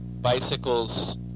bicycles